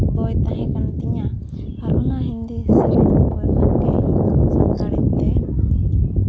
ᱵᱳᱭ ᱛᱟᱦᱮᱸ ᱠᱟᱱ ᱛᱤᱧᱟᱹ ᱟᱨ ᱚᱱᱟ ᱦᱤᱱᱫᱤ ᱥᱮᱨᱮᱧ ᱵᱳᱭ ᱠᱷᱟᱱ ᱜᱮ ᱤᱧᱫᱚ ᱥᱟᱱᱛᱟᱲᱤ ᱛᱮ